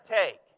take